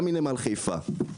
גם מנמל חיפה.